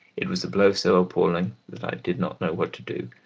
it was a blow so appalling that i did not know what to do,